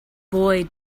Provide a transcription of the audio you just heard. boy